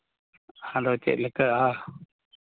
ᱟᱫᱚ ᱪᱮᱫ ᱞᱮᱠᱟ